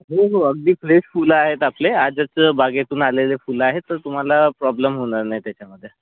हो हो अगदी फ्रेश फुलं आहेत आपले आजच बागेतून आलेले फुलं आहेत तर तुम्हाला प्रॉब्लम होणार नाही त्याच्यामधे